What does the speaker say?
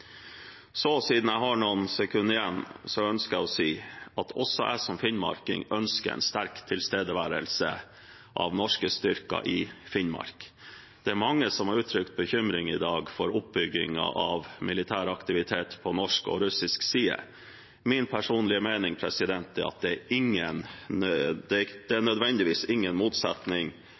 Så, siden jeg har noen sekunder igjen, ønsker jeg å si at også jeg som finnmarking ønsker en sterk tilstedeværelse av norske styrker i Finnmark. Det er mange som har uttrykt bekymring i dag for oppbyggingen av militær aktivitet på norsk og russisk side. Min personlige mening er at det er nødvendigvis ingen